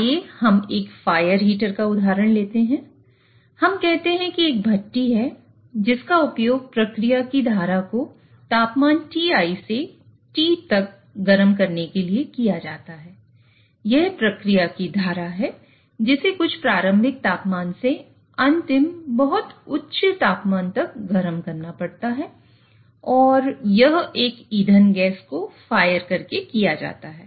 आइए हम एक फायर हीटर है जिसे कुछ प्रारंभिक तापमान से अंतिम बहुत उच्च तापमान तक गर्म करना पड़ता है और यह एक ईंधन गैस को फायर करके किया जाता है